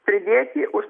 pridėti už